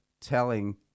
telling